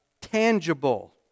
tangible